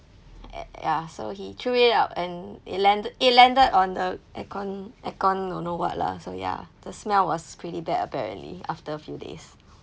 ya so he threw it out and it land it landed on the aircon aircon don't know what lah so ya the smell was pretty bad apparently after few days